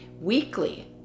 weekly